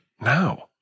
now